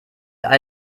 all